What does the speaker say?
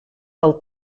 del